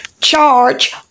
charge